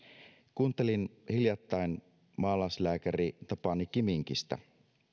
kuuntelin hiljattain maalaislääkäri tapani kiminkistä